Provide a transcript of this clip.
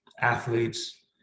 athletes